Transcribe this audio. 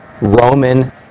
Roman